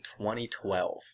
2012